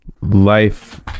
Life